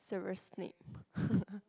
Severus Snape